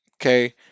okay